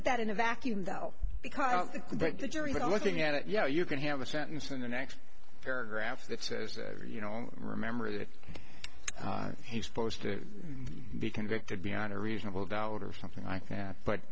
at that in a vacuum though because i don't think that the jury but i'm looking at it yeah you can have a sentence in the next paragraph that says you know remember that he's supposed to be convicted beyond a reasonable doubt or something like that but